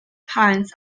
paent